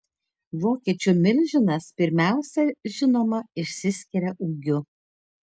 vokiečių milžinas pirmiausia žinoma išsiskiria ūgiu